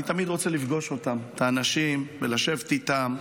אני תמיד רוצה לפגוש אותם, את האנשים, ולשבת איתם.